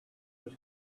was